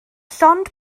llond